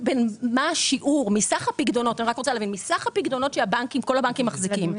בין מה השיעור מסך הפיקדונות שכל הבנקים מחזיקים.